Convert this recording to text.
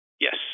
Yes